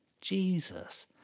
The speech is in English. Jesus